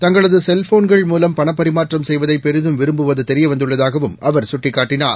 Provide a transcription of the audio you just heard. தங்களது செல்ஃபோன்கள் மூலம் பணப்பரிமாற்றம் செய்வதை பெரிதும் விரும்புவது தெரியவந்துள்ளதாகவும் அவர் சுட்டிக்காட்டினார்